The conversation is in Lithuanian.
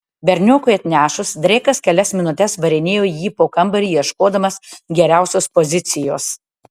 berniokui atnešus dreikas kelias minutes varinėjo jį po kambarį ieškodamas geriausios pozicijos